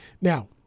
now